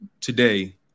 today